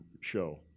show